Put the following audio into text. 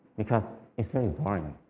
because it's very boring.